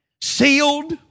sealed